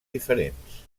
diferents